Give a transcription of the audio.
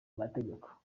amategeko